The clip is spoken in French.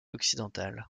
occidentale